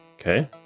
okay